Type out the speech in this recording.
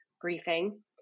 briefing